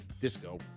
disco